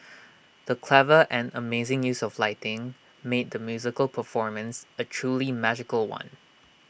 the clever and amazing use of lighting made the musical performance A truly magical one